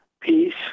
Peace